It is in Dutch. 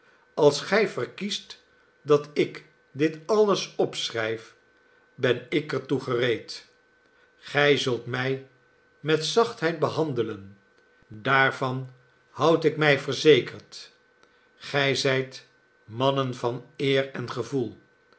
als gij verkiest dat ik dit alles opschrijf ben ik er toe gereed gij zult mij met zachtheid behandelen daarvah houd ik mij verzekerd gij zijt mannen van eer en gevoel